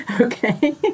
okay